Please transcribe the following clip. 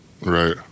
right